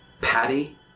Patty